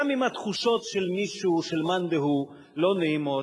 גם אם התחושות של מישהו, של מאן דהוא, לא נעימות,